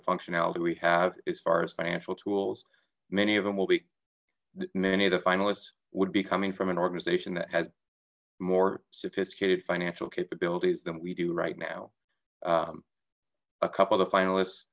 of functionality we have as far as financial tools many of them will be many of the finalists would be coming from an organization that has more sophisticated financial capabilities than we do right now a couple of finalists